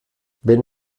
wenn